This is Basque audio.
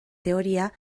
teoria